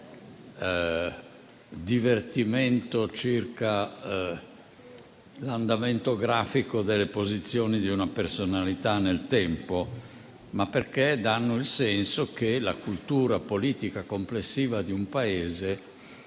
divertimento circa l'andamento grafico delle posizioni di una personalità nel tempo, ma perché danno il senso, nella cultura politica complessiva di un Paese